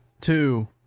two